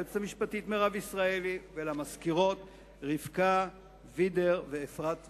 ליועצת המשפטית מירב ישראלי ולמזכירות רבקה וידר ואפרת מורלי.